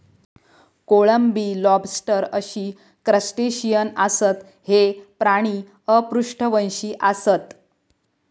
कोळंबी, लॉबस्टर अशी क्रस्टेशियन आसत, हे प्राणी अपृष्ठवंशी आसत